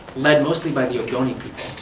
led mostly by the ogoni